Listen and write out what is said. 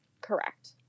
Correct